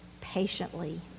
patiently